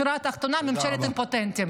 השורה התחתונה, ממשלת אימפוטנטים.